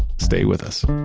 stay with us